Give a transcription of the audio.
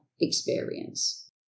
experience